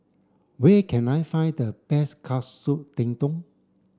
where can I find the best Katsu Tendon